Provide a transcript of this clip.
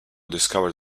discovered